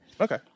Okay